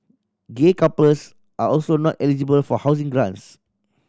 gay couples are also not eligible for housing grants